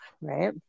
right